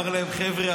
אמר להם: חבר'ה,